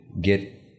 Get